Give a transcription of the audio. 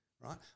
Right